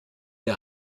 der